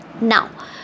Now